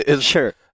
sure